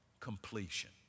completion